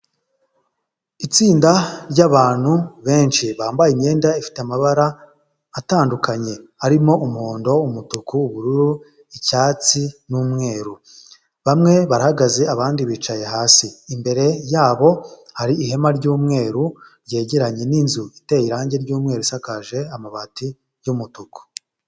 Itsinda ry'abantu benshi bambaye imyenda ifite amabara atandukanye harimo umuhondo, umutuku, ubururu, icyatsi n'umweru. Bamwe barahagaze abandi bicaye hasi, imbere yabo hari ihema ry'umweru ryegeranye n'inzu iteye irange ry'umweru, isakaje amabati y'umutuku.